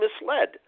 misled